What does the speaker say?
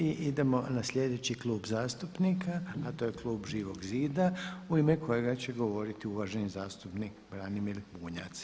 I idemo na sljedeću Klub zastupnika, a to je Klub Živog zida u ime kojega će govoriti uvaženi zastupnik Branimir Bunjac.